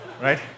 Right